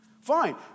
Fine